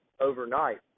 overnight